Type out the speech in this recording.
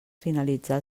finalitzat